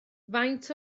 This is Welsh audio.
faint